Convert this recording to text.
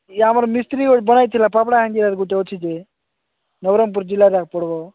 ଇଏ ଆମର ମିସ୍ତ୍ରୀ ପାପଡ଼ାହାଣ୍ଡି ଆଡ଼କୁ ଯାଉଛି ଯେ ନବରଙ୍ଗପୁର ଜିଲ୍ଲାରେ ପଡ଼ିବ